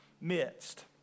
midst